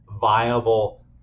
viable